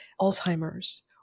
Alzheimer's